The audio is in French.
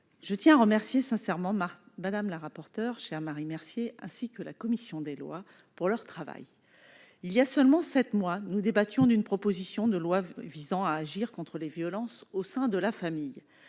je tiens à remercier sincèrement Mme la rapporteure ainsi que la commission des lois pour leur travail. Il y a seulement sept mois, nous débattions d'une proposition de loi visant à agir contre les violences au sein de la famille.